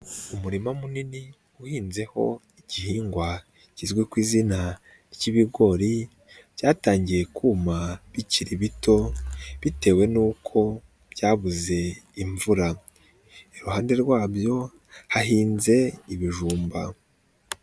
Umurima munini uhinzeho igihingwa kizwi ku izina ry'ibigori, byatangiye kuma bikiri bito bitewe nuko byabuze imvura, iruhande rwabyo hahinze ibijumba.